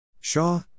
Shaw